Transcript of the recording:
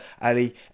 Ali